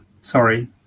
sorry